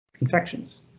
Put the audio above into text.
infections